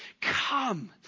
come